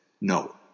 no